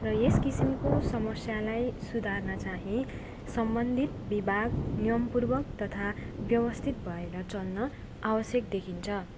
र यस किसिमको समस्यालाई सुधार्न चाहिँ सम्बन्धित विभाग नियमपूर्वक तथा व्यवस्थित भएर चल्न आवश्यक देखिन्छ